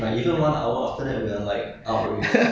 but